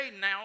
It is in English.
now